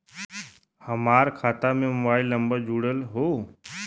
हमार खाता में मोबाइल नम्बर जुड़ल हो?